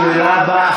השאלה הבאה.